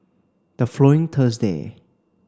the following Thursday